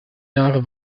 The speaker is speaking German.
jahre